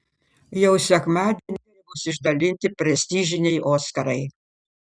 jau sekmadienį bus išdalinti prestižiniai oskarai